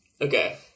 Okay